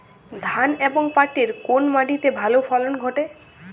ধান এবং পাটের কোন মাটি তে ভালো ফলন ঘটে?